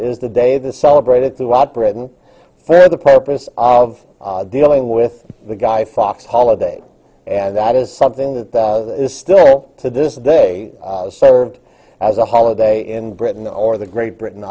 is the day the celebrated throughout britain for the purpose of dealing with the guy fox holiday and that is something that is still to this day served as a holiday in britain or the great britain